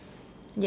yes